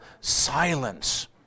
silence